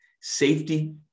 safety